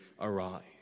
arise